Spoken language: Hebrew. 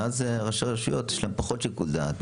ואז לראשי הרשויות יש פחות שיקול דעת.